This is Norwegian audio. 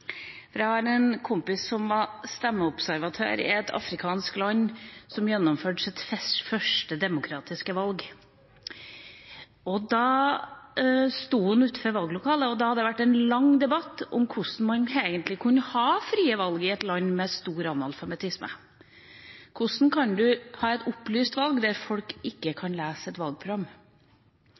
Jeg har en kompis som var stemmeobservatør i et afrikansk land som gjennomførte sitt første demokratiske valg. Det hadde vært en lang debatt om hvordan man egentlig kunne ha frie valg i et land med stor analfabetisme. Hvordan kan man ha et opplyst valg der folk ikke kan lese et